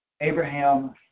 Abraham